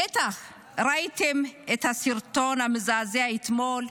בטח ראיתם את הסרטון המזעזע אתמול: